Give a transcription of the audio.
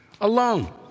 alone